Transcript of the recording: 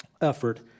effort